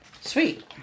Sweet